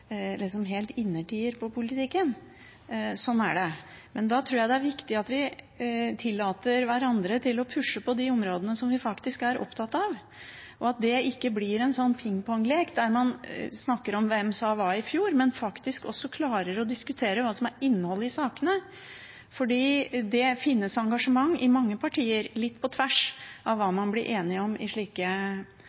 helt innertier på i politikken. Sånn er det. Da tror jeg det er viktig at vi tillater hverandre å pushe på når det gjelder de områdene vi er opptatt av, og at det ikke blir en pingponglek der man snakker om hvem som sa hva i fjor, men faktisk også klarer å diskutere innholdet i sakene. For det finnes engasjement i mange partier litt på tvers av hva man blir enige om i slike